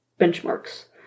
benchmarks